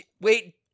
Wait